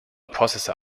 processor